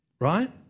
Right